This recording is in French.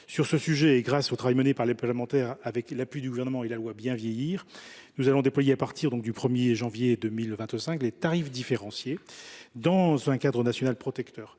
Sur ce sujet, et grâce au travail mené par les parlementaires avec l’appui du Gouvernement et compte tenu de la loi Bien Vieillir, nous allons déployer à partir du 1 janvier 2025 les tarifs différenciés dans un cadre national protecteur.